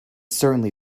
certainly